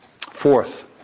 Fourth